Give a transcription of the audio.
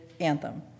anthem